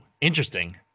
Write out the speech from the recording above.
interesting